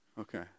Okay